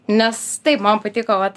nes tai man patiko vat